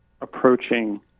approaching